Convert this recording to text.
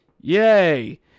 Yay